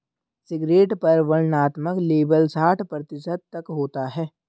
cigarette पर वर्णनात्मक label साठ प्रतिशत तक होता है